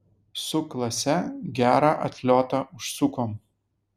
su klase gerą atliotą užsukom